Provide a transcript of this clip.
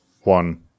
one